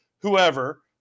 whoever